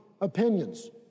opinions